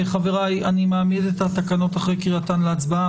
חבריי, אני מעמיד את התקנות אחרי קריאתן להצבעה.